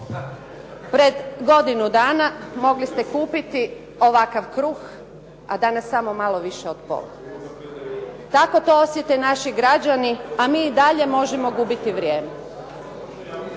Pred godinu dana mogli ste kupiti ovakav kruh, a danas samo malo više od pola. Tako to osjete naši građani, a mi i dalje možemo gubiti vrijeme.